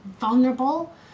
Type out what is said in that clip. vulnerable